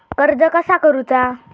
कर्ज कसा करूचा?